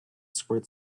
squirt